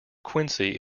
quincy